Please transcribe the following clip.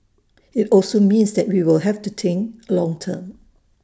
IT also means that we will have to think long term